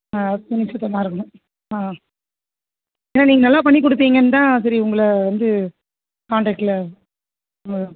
ஆ துணி சுத்தமாக இருக்கணும் ஆ ஏன்னா நீங்கள் நல்லா பண்ணிக் கொடுப்பீங்கன்னு தான் சரி உங்களை வந்து கான்டெக்ட்டில்